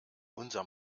unser